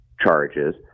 charges